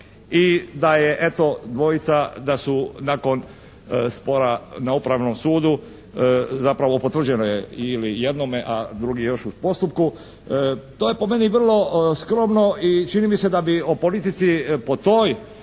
i da je eto dvojica da su nakon spora na Upravnom sudu, zapravo potvrđeno je ili jednome a drugi je još u postupku. To je po meni vrlo skromno i čini mi se da bi o politici po tom